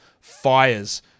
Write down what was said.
fires